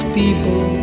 people